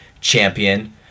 champion